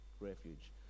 refuge